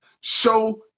Show